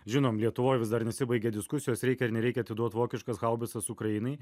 žinom lietuvoj vis dar nesibaigia diskusijos reikia ar nereikia atiduot vokiškas haubicas ukrainai